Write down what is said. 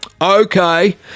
Okay